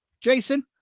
Jason